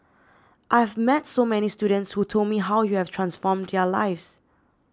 I have met so many students who told me how you have transformed their lives